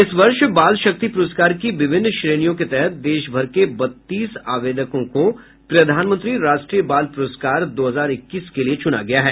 इस वर्ष बाल शक्ति पुरस्कार की विभिन्न श्रेणियों के तहत देशभर के बत्तीस आवेदकों को प्रधानमंत्री राष्ट्रीय बाल पुरस्कार दो हजार इक्कीस के लिए चुना गया है